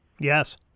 Yes